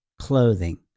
clothing